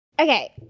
Okay